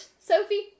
Sophie